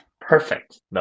Perfect